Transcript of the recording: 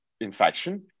infection